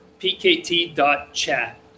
pkt.chat